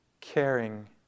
caring